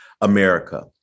America